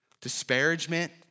disparagement